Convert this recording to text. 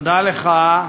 תודה לך.